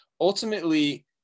Ultimately